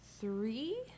three